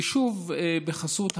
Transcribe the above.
ושוב בחסות הקורונה,